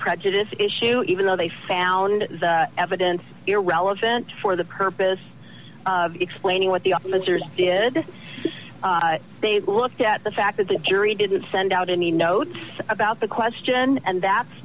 prejudice issue even though they found the evidence irrelevant for the purpose of explaining what the officers did they looked at the fact that the jury didn't send out any notes about the question and that's